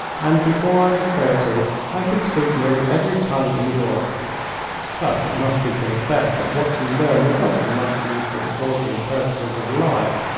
and before i was thirty i could speak nearly every tongue in europe but it must be confessed that what you learn is not of much use for the ordinary purposes of life.